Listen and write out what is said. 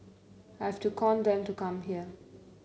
I have to con them to come here